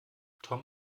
tom